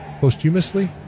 Posthumously